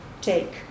take